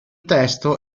testo